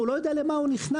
הוא לא יודע למה הוא נכנס.